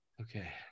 Okay